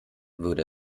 würde